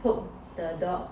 poke the dog